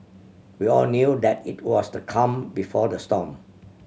we all knew that it was the calm before the storm